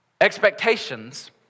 Expectations